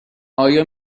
آیا